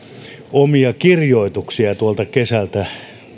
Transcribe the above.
omia kirjoituksia kesältä